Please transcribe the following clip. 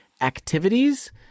activities